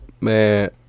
Man